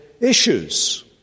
issues